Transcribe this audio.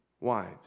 wives